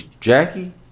Jackie